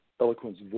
eloquence